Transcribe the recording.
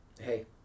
hey